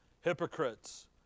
Hypocrites